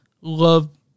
love